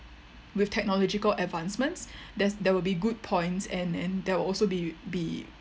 with technological advancements there's there will be good points and and there will also be be